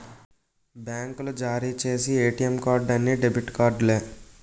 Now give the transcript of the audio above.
బ్యాంకులు జారీ చేసి ఏటీఎం కార్డు అన్ని డెబిట్ కార్డులే